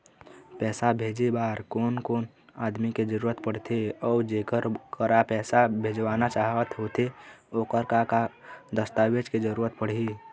पैसा भेजे बार कोन कोन आदमी के जरूरत पड़ते अऊ जेकर करा पैसा भेजवाना चाहत होथे ओकर का का दस्तावेज के जरूरत पड़ही?